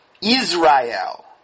Israel